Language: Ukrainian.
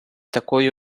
такої